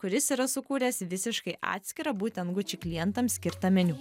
kuris yra sukūręs visiškai atskirą būtent gucci klientams skirtą meniu